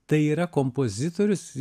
tai yra kompozitorius